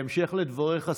בהמשך לדבריך,